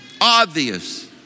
Obvious